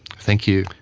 thank you.